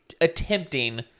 attempting